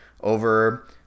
over